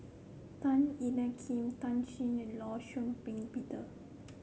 Tan Ean Kiam Tan Shen and Law Shau Ping Peter